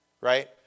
Right